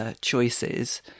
Choices